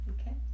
okay